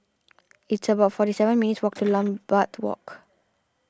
it's about forty seven minutes' walk to Lambeth Walk